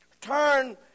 turn